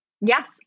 Yes